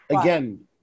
again